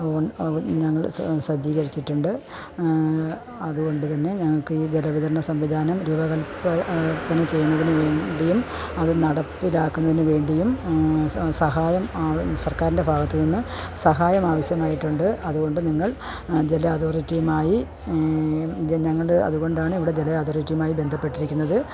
ഞങ്ങൾ സജ്ജീകരിച്ചിട്ടുണ്ട് അതുകൊണ്ടു തന്നെ ഞങ്ങൾക്കി ജലവിതരണ സംവിധാനം രൂപകൽപ്പന ചെയ്യുന്നതിനു വേണ്ടിയും അത് നടപ്പിലാക്കുന്നതിനു വേണ്ടിയും സഹായം സർക്കാരിൻ്റെ ഭാഗത്തുന്നു സഹായം ആവശ്യമായിട്ടുണ്ട് അതുകൊണ്ടു നിങ്ങൾ ജല അതോറിറ്റിയുമായി ഞങ്ങൾ അതുകൊണ്ടാണ് ഇവിടെ ജല അതോറിറ്റിയുമായി ബന്ധപ്പെട്ടിരിക്കുന്നത്